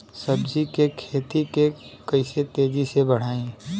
सब्जी के खेती के कइसे तेजी से बढ़ाई?